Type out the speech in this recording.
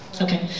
Okay